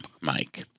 Mike